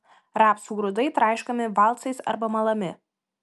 rapsų grūdai traiškomi valcais arba malami